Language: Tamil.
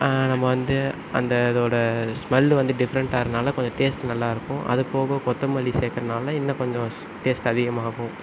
நம்ம வந்து அந்த இதோடய ஸ்மெல் வந்து டிஃப்ரண்ட்டாறதினால கொஞ்சம் டேஸ்ட் நல்லாயிருக்கும் அது போக கொத்த மல்லி சேர்க்கனால இன்னும் கொஞ்சம் டேஸ்ட் அதிகமாகும்